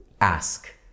ask